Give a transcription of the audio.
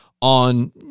on